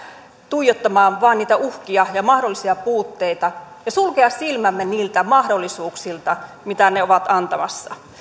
tuijottamaan vain uhkia ja mahdollisia puutteita ja sulkea silmämme niiltä mahdollisuuksilta mitä ne ovat antamassa